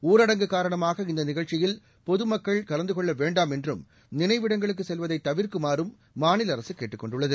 ஊரடங்கு காரணமாக இந்த நிகழ்ச்சியில் பொதுமக்கள் கலந்தகொள்ள வேண்டாம் என்றும் நினைவிடங்களுக்கு செல்வதை தவிர்க்குமாறும் மாநில அரசு கேட்டுக் கொண்டுள்ளது